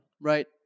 right